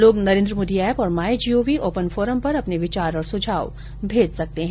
लोग नरेन्द्र मोदी ऐप और my G O V open forum पर अपने विचार और सुझाव भेज सकते हैं